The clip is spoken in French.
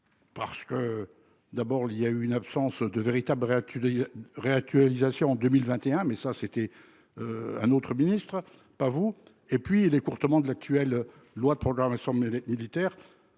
Parce que d'abord le il y a eu une absence de véritables. Réactualisation en 2021 mais ça c'était. Un autre ministre, pas vous et puis les cours autrement de l'actuelle loi de programmation. Mais